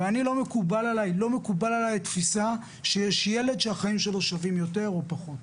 לא מקובלת עלי התפיסה שיש ילד שהחיים שלו שווים יותר או פחות.